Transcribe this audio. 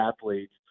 athletes